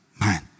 man